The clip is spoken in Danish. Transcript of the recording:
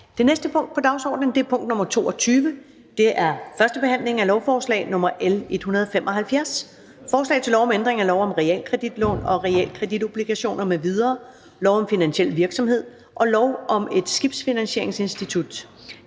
Det næste punkt på dagsordenen er: 22) 1. behandling af lovforslag nr. L 175: Forslag til lov om ændring af lov om realkreditlån og realkreditobligationer m.v., lov om finansiel virksomhed og lov om et skibsfinansieringsinstitut.